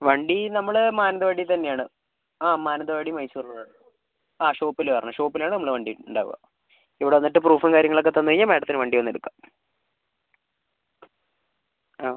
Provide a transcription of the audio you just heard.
വണ്ടി നമ്മൾ മാനന്തവാടി തന്നെയാണ് ആ മാനന്തവാടി മൈസൂർ റോഡ് ആണ് ആ ഷോപ്പിൽ വരണം ഷോപ്പിലാണ് നമ്മൾ വണ്ടി ഉണ്ടാവുക ഇവിടെ വന്നിട്ട് പ്രൂഫും കാര്യങ്ങളൊക്കെ തന്ന് കഴിഞ്ഞാൽ മാഡത്തിന് വണ്ടി വന്നെടുക്കാം ആ